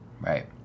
Right